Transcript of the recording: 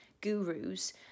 gurus